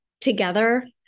together